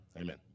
Amen